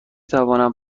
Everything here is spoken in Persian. توانم